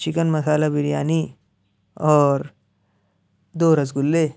chicken masala biryani اور دو رسگلے